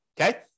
okay